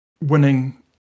winning